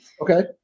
Okay